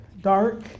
dark